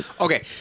okay